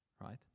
right